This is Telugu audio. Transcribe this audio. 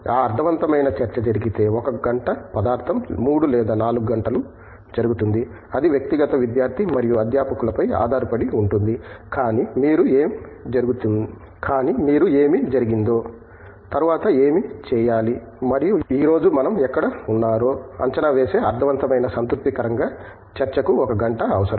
ఆ అర్ధవంతమైన చర్చ జరిగితే 1 గంట పదార్థం 3 లేదా 4 గంటలు జరుగుతుంది అది వ్యక్తిగత విద్యార్థి మరియు అధ్యాపకులపై ఆధారపడి ఉంటుంది కానీ మీరు ఏమి జరిగిందో తరువాత ఏమి చేయాలి మరియు ఈ రోజు మనం ఎక్కడ ఉన్నారో అంచనా వేసే అర్ధవంతమైన సంతృప్తికరంగా చర్చకు 1 గంట అవసరం